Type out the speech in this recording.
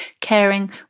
caring